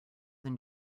than